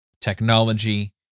technology